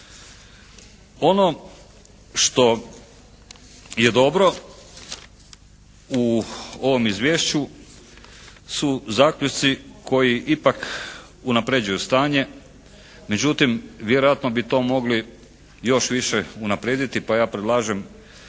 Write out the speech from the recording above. Ono što je dobro u ovom izvješću su zaključci koji ipak unapređuju stanje, međutim vjerojatno bi to mogli još više unaprijediti pa ja predlažem